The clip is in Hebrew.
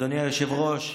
אדוני היושב-ראש,